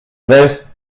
reste